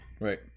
Right